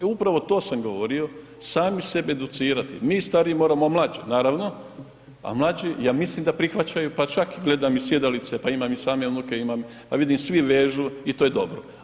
Upravo to sam govorio, sami sebe educirati, mi stariji moramo mlađe, naravno, a mlađi, ja mislim da prihvaćaju, pa čak gledam i sjedalice pa imam i sam unuke, pa vidim svi vežu i to je dobro.